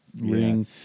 Ring